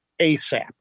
ASAP